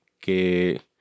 que